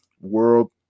world